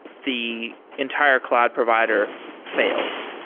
the entire cloud provider fails.